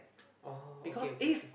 oh okay okay okay